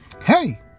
Hey